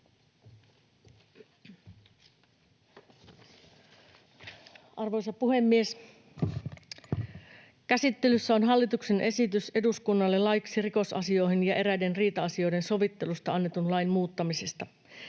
chairman_statement Section: 12 - Hallituksen esitys eduskunnalle laiksi rikosasioiden ja eräiden riita-asioiden sovittelusta annetun lain muuttamisesta